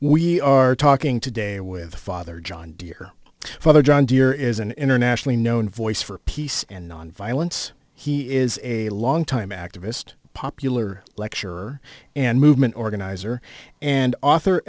we are talking today with father john dear father john deere is an internationally known voice for peace and nonviolence he is a long time activist popular lecturer and movement organizer and author